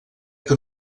que